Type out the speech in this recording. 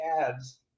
ads